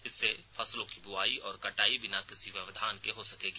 इससे फसलों की बुआई और कटाई बिना किसी व्यवधान के हो सकेगी